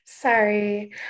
Sorry